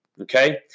Okay